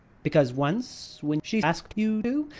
because once, when she asked you to,